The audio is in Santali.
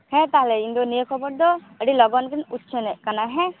ᱦᱮ ᱛᱟᱦᱚᱞᱮ ᱤᱧᱫᱚ ᱱᱤᱭᱟᱹ ᱠᱷᱚᱵᱚᱨ ᱫᱚ ᱟᱹᱰᱤ ᱞᱚᱜᱚᱱᱜᱤᱧ ᱩᱪᱷᱟᱹᱱᱮᱫ ᱠᱟᱱᱟ ᱦᱮᱸ